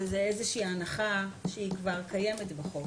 זאת איזושהי הנחה שהיא כבר קיימת בחוק,